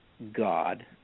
God